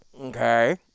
Okay